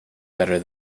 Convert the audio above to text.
better